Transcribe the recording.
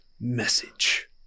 message